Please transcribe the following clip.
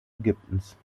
ägyptens